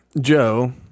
Joe